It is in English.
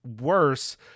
worse